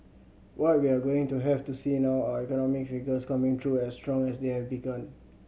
what we're going to have to see now are economic figures coming through as strong as they have begun